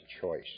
choice